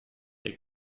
der